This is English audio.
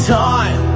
time